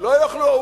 לא יוכלו.